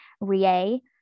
Rie